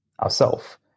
ourself